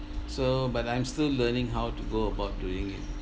so but I'm still learning how to go about doing it